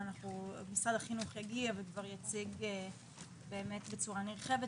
שמשרד החינוך יגיע וכבר יציג בצורה נרחבת.